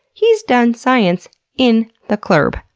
he's done science in the club.